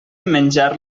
menjar